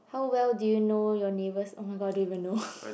how well do you know your neighbours oh my god I don't even know